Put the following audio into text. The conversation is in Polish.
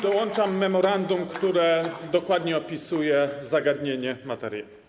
Dołączam memorandum, które dokładnie opisuje to zagadnienie, tę materię.